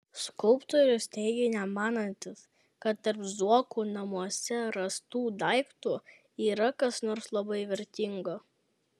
skulptorius teigia nemanantis kad tarp zuokų namuose rastų daiktų yra kas nors labai vertingo